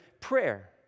prayer